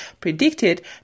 predicted